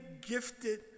gifted